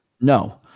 No